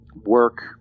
work